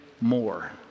more